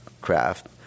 craft